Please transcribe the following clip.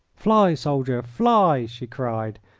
fly, soldier, fly! she cried,